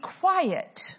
quiet